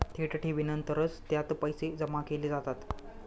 थेट ठेवीनंतरच त्यात पैसे जमा केले जातात